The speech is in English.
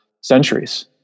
centuries